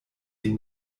die